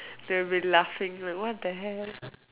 they'll be laughing like what the hell